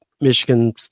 Michigan